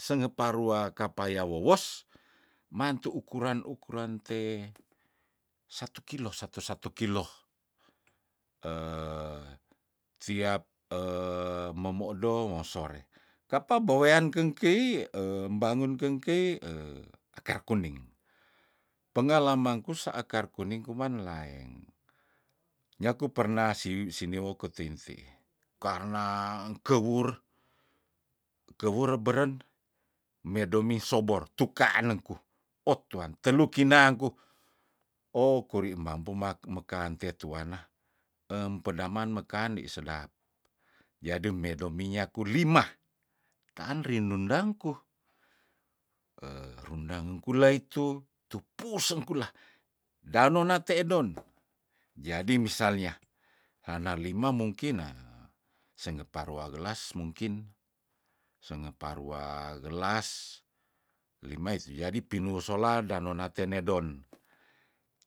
Sengepa rua kapaya wowos mantu ukuran- ukuran te satu kilo satu satu kilo tiap memodo wong sore kapa wean keng kei em mbangun kengkei akar kuning pengalamangku saakar kuning kuman laeng nyaku pernah siwi sini woketeite karna engkewur kewur beren medome sobor tukanengku otuang telu kinaanku okuri mampu mak mekan tetuana empedaman mekan ndi sedap yadem medomi nyaku lima taan rindung dangku rundang kula itu tupu sengkula dano nate edon jadi misalnya hana lima mungkin sengeparua ngelas mungkin sengeparua gelas limei tu jadi pinu sola danona tenedon